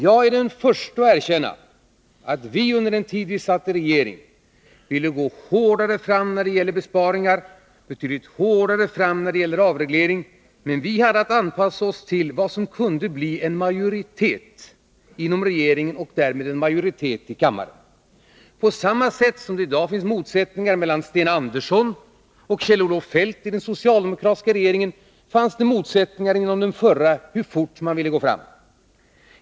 Jag är den förste att erkänna att vi under den tid vi satt i regeringen ville gå hårdare fram när det gäller besparingar och betydligt hårdare när det gäller avreglering. Men vi hade att anpassa oss till vad som kunde samla en majoritet inom regeringen och därmed en majoritet i kammaren. På samma sätt som det i dag finns motsättningar mellan Sten Andersson och Kjell-Olof Feldt i den socialdemokratiska regeringen, fanns det motsättningar inom den förra regeringen om hur hårt man ville gå fram.